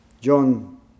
John